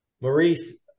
Maurice